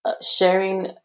sharing